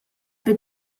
bit